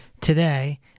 today